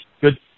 good